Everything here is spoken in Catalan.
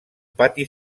pati